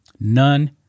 None